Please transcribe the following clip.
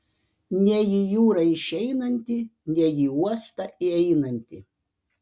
nei į jūrą išeinantį nei į uostą įeinantį